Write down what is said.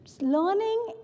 Learning